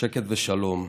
שקט ושלום.